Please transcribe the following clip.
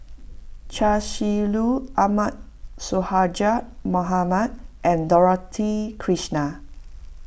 Chia Shi Lu Ahmad Sonhadji Mohamad and Dorothy Krishnan